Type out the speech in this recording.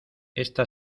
esta